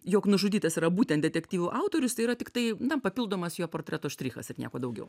jog nužudytas yra būtent detektyvų autorius tai yra tiktai na papildomas jo portreto štrichas ir nieko daugiau